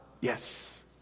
yes